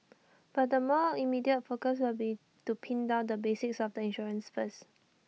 but the more immediate focus will be to pin down the basics of the insurance first